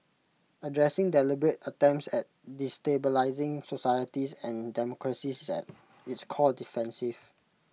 addressing deliberate attempts at destabilising societies and democracies is at its core defensive